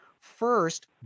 First